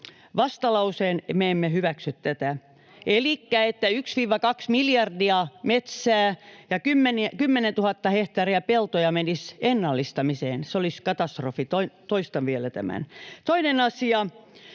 vastalauseen. Me emme hyväksy tätä. Elikkä se, että 1—2 miljardia metsää ja 10 000 hehtaaria peltoja menisi ennallistamiseen, olisi katastrofi, toistan vielä tämän. Toinen asia: